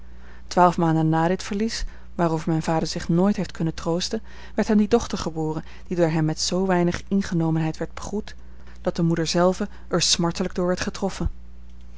twaalf maanden na dit verlies waarover mijn vader zich nooit heeft kunnen troosten werd hem die dochter geboren die door hem met zoo weinig ingenomenheid werd begroet dat de moeder zelve er smartelijk door werd getroffen